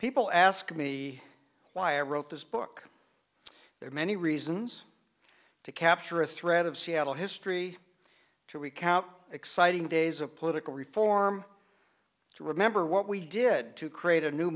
people ask me why i wrote this book there are many reasons to capture a thread of seattle history to recount exciting days of political reform to remember what we did to create a new